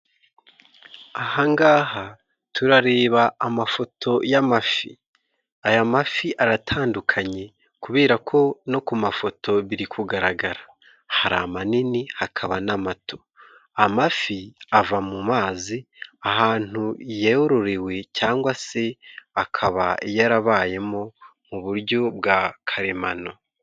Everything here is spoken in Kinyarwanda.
Ahangaha turareba amafoto y'amafi. Aya mafi aratandukanye kubera ko no ku mafoto biri kugaragara. Hari amanini, hakaba n'amato. Amafi ava mu mazi ahantu yororewe cyangwa se akaba yarabayemo mu buryo bwa karemano.